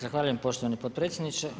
Zahvaljujem poštovani potpredsjedniče.